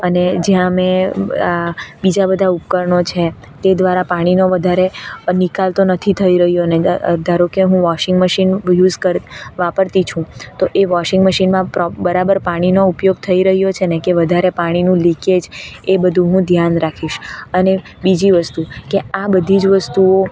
અને જ્યાં મેં આ બીજા બધાં ઉપકરણો છે તે દ્વારા પાણીનો વધારે નિકાલ તો નથી થઈ રહ્યોને ધા ધારોકે હું વોશિંગ મશીન યુસ કર વાપરતી છું તો એ વોશિંગ મશીનમાં બરાબર પાણીનો ઉપયોગ થઈ રહ્યો છેને કે વધારે પાણીનું લીકેજ એ બધું હું ધ્યાન રાખીશ અને બીજી વસ્તુ કે આ બધી જ વસ્તુઓ